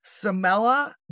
Samela